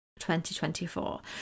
2024